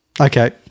Okay